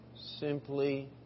simply